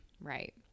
Right